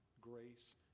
grace